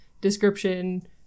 description